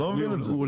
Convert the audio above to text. אני לא מבין את זה.